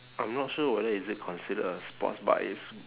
I'm not sure whether is it considered a sports but it's